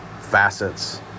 facets